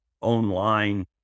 online